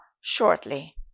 shortly